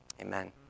Amen